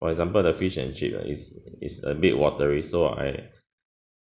for example the fish and chip ah it's it's a bit watery so I